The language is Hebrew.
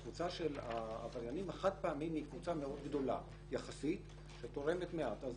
הקבוצה של העבריינים החד-פעמיים היא קבוצה מאוד גדולה יחסית שתורמת מעט.